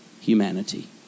humanity